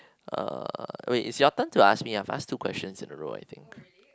uh wait is your turn to ask me I have ask two question in a row I think